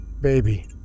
baby